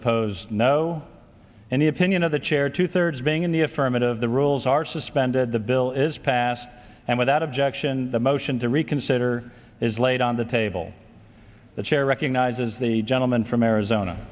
oppose no and the opinion of the chair two thirds being in the affirmative the rules are suspended the bill is passed and without objection the motion to reconsider is laid on the table the chair recognizes the gentleman from arizona